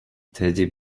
teddy